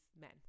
men